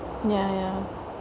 ya ya